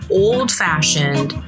old-fashioned